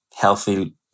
healthy